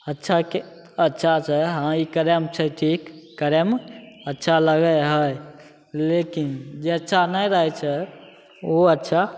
अच्छा अच्छा छै हँ ई करैमे छै ठीक करैमे अच्छा लागै हइ लेकिन जे अच्छा नहि रहै छै ओ अच्छा